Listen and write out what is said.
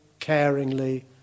caringly